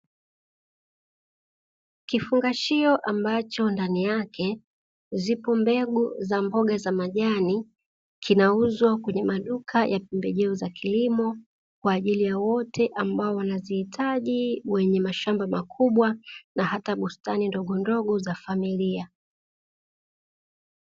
Kifungashio ambacho ndani yake zipo mbegu za mboga za majani, kinauzwa kwenye maduka ya pembejeo za kilimo kwa ajili ya wote ambao wanaziitaji wenye mashamba makubwa, na hata bustani ndogondogo za familia.